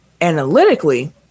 Analytically